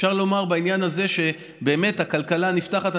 אפשר לומר בעניין הזה שבאמת הכלכלה נפתחת,